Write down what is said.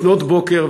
לפנות בוקר,